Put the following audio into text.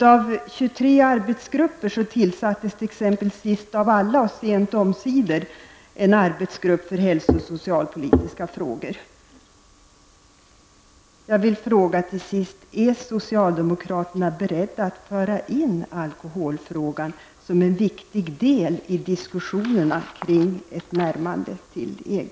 Av 23 arbetsgrupper tillsattes t.ex. sist av alla och sent omsider en arbetsgrupp för hälso och socialpolitiska frågor. Jag vill till sist fråga: Är socialdemokraterna beredda att föra in alkoholfrågan som en viktig del i diskussionerna kring ett närmande till EG?